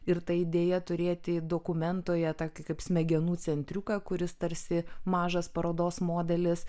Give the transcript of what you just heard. ir ta idėja turėti dokumentoje tokį kaip smegenų centriuką kuris tarsi mažas parodos modelis